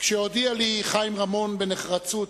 כשהודיע לי חבר הכנסת חיים רמון בנחרצות